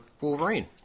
Wolverine